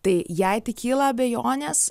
tai jei tik kyla abejonės